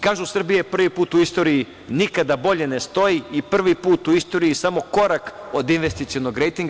Kažu, Srbija prvi put u istoriji nikada bolje ne stoji i prvi put u istoriji je samo korak od investicionog rejtinga.